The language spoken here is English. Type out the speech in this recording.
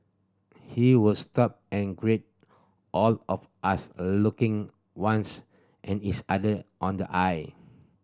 he would stop and greet all of us looking ones in each other on the eye